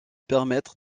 permettre